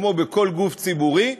כמו בכל גוף ציבורי,